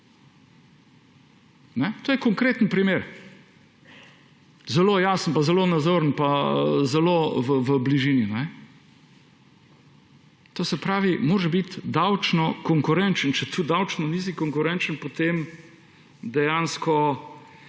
To je konkreten primer, zelo jasen pa zelo nazoren pa zelo v bližini. To se pravi, moraš biti davčno konkurenčen. Če nisi davčno konkurenčen, potem dejansko